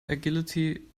agility